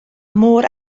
mor